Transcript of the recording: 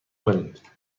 کنید